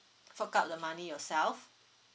fork out the money yourself